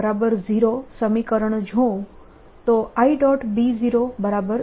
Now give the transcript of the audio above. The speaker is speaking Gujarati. B0 સમીકરણ જોઉં તો i